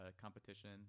competition